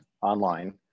online